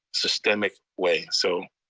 systemic way. so.